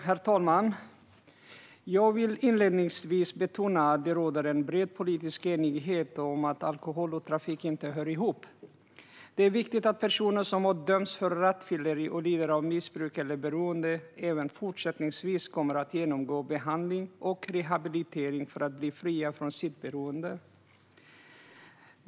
Herr talman! Jag vill inledningsvis betona att det råder en bred politisk enighet om att alkohol och trafik inte hör ihop. Det är viktigt att personer som har dömts för rattfylleri och lider av missbruk eller beroende även fortsättningsvis kommer att genomgå behandling och rehabilitering för att bli fria från sitt beroende.